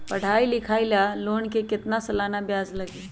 पढाई लिखाई ला लोन के कितना सालाना ब्याज लगी?